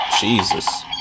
Jesus